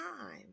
time